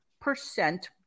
percent